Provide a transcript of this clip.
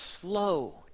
slow